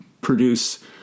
produce